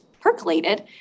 percolated